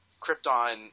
Krypton